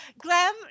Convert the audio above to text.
Glam